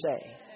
say